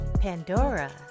Pandora